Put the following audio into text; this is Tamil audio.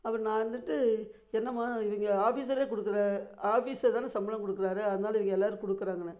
அப்புறம் நான் வந்துட்டு என்னம்மா இவங்க ஆஃபீஸரே கொடுக்கற ஆஃபீஸர் தானே சம்பளம் கொடுக்குறாரு அதனால் இவங்க எல்லாேரும் கொடுக்கறாங்கனு